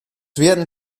werden